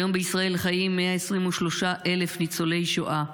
בישראל חיים היום 123,000 ניצולי שואה,